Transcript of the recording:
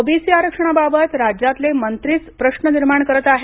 OBC आरक्षणाबाबत राज्यातले मंत्रीच प्रश्न निर्माण करीत आहेत